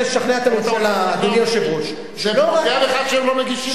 שהם לא מגישים,